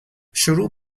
شروع